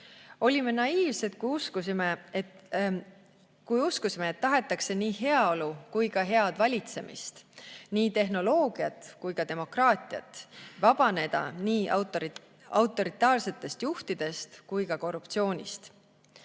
Olime naiivsed, kui uskusime, et tahetakse nii heaolu kui ka head valitsemist, nii tehnoloogiat kui ka demokraatiat, vabaneda nii autoritaarsetest juhtidest kui ka korruptsioonist.